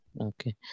Okay